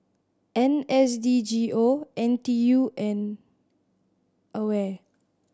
N S D G O N T U and AWARE